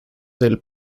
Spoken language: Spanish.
del